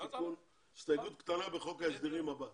רק הסתייגות קטנה בחוק ההסדרים הבא.